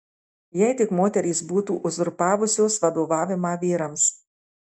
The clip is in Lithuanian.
jei tik moterys būtų uzurpavusios vadovavimą vyrams